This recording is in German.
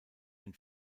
den